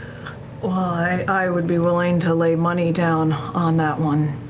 ah i i would be willing to lay money down on that one,